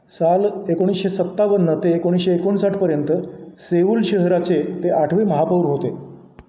साल एकोणीसशे सत्तावन्न ते एकोणीसशे एकोणसाठपर्यंत सेऊल शहराचे ते आठवे महापूर होते